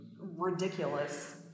ridiculous